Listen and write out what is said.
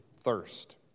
thirst